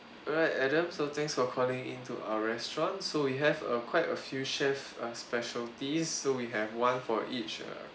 alright adam so thanks for calling in to our restaurant so we have a quite a few chef's uh specialities so we have one for each err